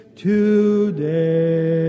today